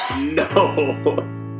No